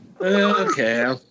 Okay